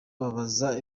babaza